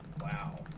Wow